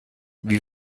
wie